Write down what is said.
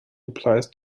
applies